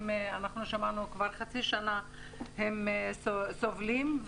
שמענו שכבר חצי שנה הם סובלים,